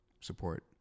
support